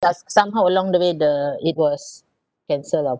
thus somehow along the way the it was cancel lah